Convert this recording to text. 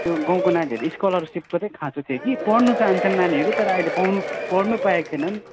त्यो गाउँको नानीहरू स्कलरसिपको चाहिँ खाँचो थियो कि पढ्नु चाहन्छन् नानीहरू तर अहिले पाउनु पढ्नु पाएका छैनन्